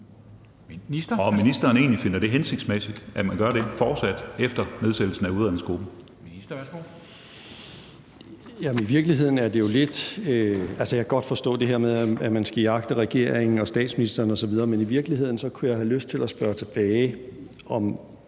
Og om ministeren egentlig finder det hensigtsmæssigt, at man gjorde det. Kl. 15:21 Formanden (Henrik Dam Kristensen): Ministeren, værsgo. Kl. 15:21 Justitsministeren (Nick Hækkerup): Altså, jeg kan godt forstå det her med, at man skal jagte regeringen og statsministeren osv. Men i virkeligheden kunne jeg have lyst til at spørge tilbage, om